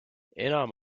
enam